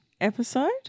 Episode